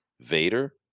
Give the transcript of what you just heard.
Vader